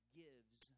gives